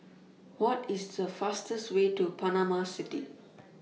What IS The fastest Way to Panama City